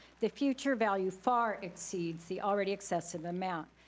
the future value far exceeds the already excessive amount.